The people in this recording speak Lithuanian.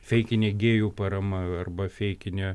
feikinė gėjų parama arba feikinė